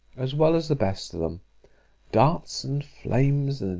as well as the best of them darts and flames,